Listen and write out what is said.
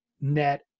net